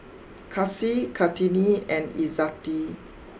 Kasih Kartini and Izzati